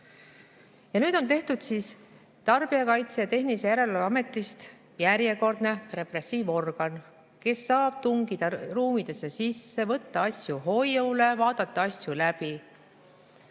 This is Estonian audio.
Nüüd on tehtud Tarbijakaitse ja Tehnilise Järelevalve Ametist järjekordne repressiivorgan, kes saab tungida ruumidesse sisse, võtta asju hoiule, vaadata asju läbi.